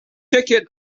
ticket